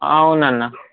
అవును అన్న